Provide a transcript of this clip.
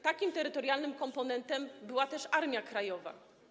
Takim terytorialnym komponentem była też Armia Krajowa.